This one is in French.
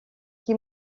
qui